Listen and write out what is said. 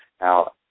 Now